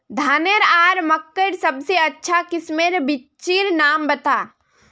धानेर आर मकई सबसे अच्छा किस्मेर बिच्चिर नाम बता?